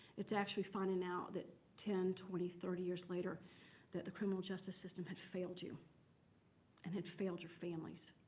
it's actually finding out that ten, twenty, thirty years later that the criminal justice system had failed you and had failed your families.